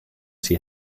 see